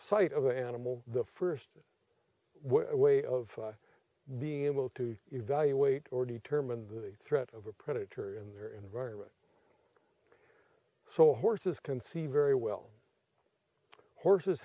sight of the animal the first way of being able to evaluate or determine the threat of a predator in their environment so horses can see very well horses